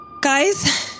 Guys